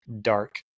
dark